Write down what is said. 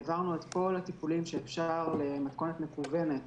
העברנו את כל הטיפולים שאפשר למתכונת מקוונת,